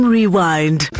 Rewind